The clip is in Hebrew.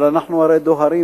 אבל אנחנו הרי דוהרים